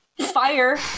fire